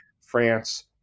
France